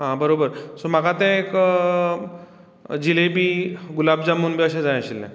आ बरोबर सो म्हाका ते एक जलेबी गुलाब जामून बी अशें जाय आशिल्लें